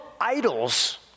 idols